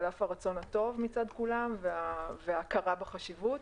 על אף הרצון הטוב מצד כולם וההכרה בחשיבות.